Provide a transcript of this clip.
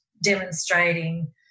demonstrating